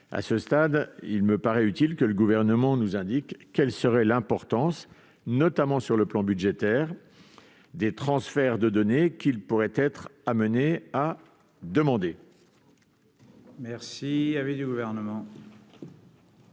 À ce stade, il me paraît utile que le Gouvernement nous indique quelle serait l'importance, notamment sur le plan budgétaire, des transferts de données qu'il pourrait être amené à demander. Quel est l'avis du Gouvernement